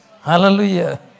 Hallelujah